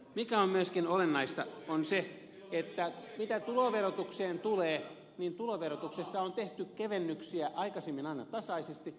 mikä on myöskin olennaista on se mitä tuloverotukseen tulee että tuloverotuksessa on tehty kevennyksiä aikaisemmin aina tasaisesti